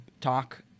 talk